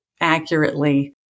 accurately